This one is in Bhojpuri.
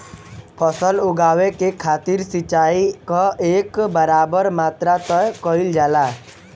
फसल उगावे के खातिर सिचाई क एक बराबर मात्रा तय कइल जाला